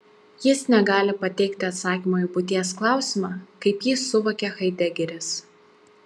jis negali pateikti atsakymo į būties klausimą kaip jį suvokia haidegeris